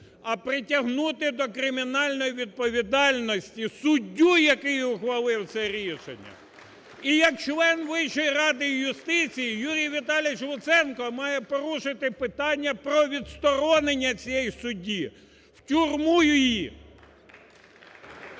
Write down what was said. а притягнути до кримінальної відповідальності суддю, який ухвалив це рішення. І, як член Вищої ради юстиції, Юрій Віталійович Луценко має порушити питання про відсторонення цієї судді, в тюрму її. ГОЛОВУЮЧИЙ.